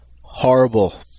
Horrible